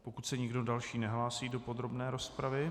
Pokud se nikdo další nehlásí do podrobné rozpravy...